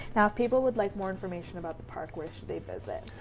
now if people would like more information about the park where should they visit?